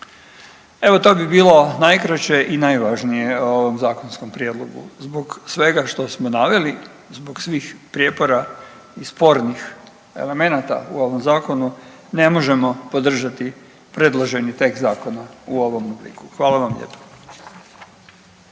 Evo to bi bilo najkraće i najvažnije o ovom zakonskom prijedlogu. Zbog svega što smo naveli, zbog svih prijepora i spornih elemenata u ovom zakonu, ne možemo podržati predloženi tekst zakona u ovom obliku. Hvala vam lijepa.